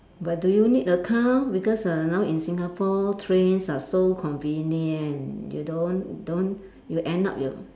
but do you need a car because err now in Singapore trains are so convenient you don't don't you end up your